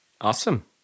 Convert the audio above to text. Awesome